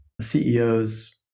CEOs